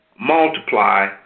multiply